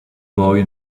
boy